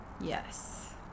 Yes